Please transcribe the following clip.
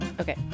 Okay